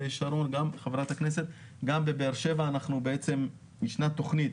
שרון, גם בבאר שבע יש תכנית